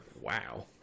Wow